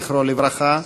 זכרו לברכה,